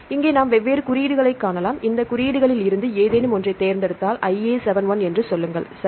எனவே இங்கே நாம் வெவ்வேறு குறியீடுகளைக் காணலாம் இந்த குறியீடுகளில் இருந்து ஏதேனும் ஒன்றைத் தேர்ந்தெடுத்தால் 1A71 என்று சொல்லுங்கள் சரி